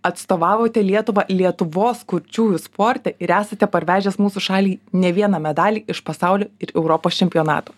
atstovavote lietuvą lietuvos kurčiųjų sporte ir esate parvežęs mūsų šaliai ne vieną medalį iš pasaulio ir europos čempionatų